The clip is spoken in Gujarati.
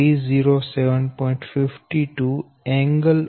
870 ZLOAD ZLOADZB line307